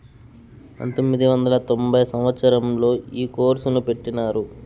పంతొమ్మిది వందల తొంభై సంవచ్చరంలో ఈ కోర్సును పెట్టినారు